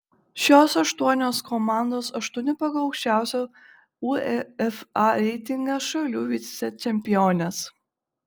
šios aštuonios komandos aštuonių pagal aukščiausią uefa reitingą šalių vicečempionės